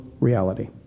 reality